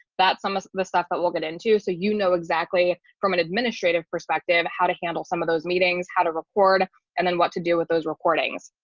that's some of the stuff that will get into so you know exactly from an administrative perspective, how to handle some of those meetings, how to report and then what to do with those recordings.